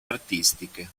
artistiche